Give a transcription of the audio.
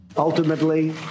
Ultimately